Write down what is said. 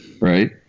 right